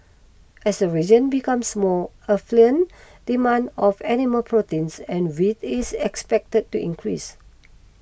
as the region becomes more affluent demand of animal proteins and wheat is expected to increase